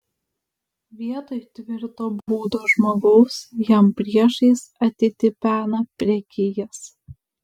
vietoj tvirto būdo žmogaus jam priešais atitipena prekijas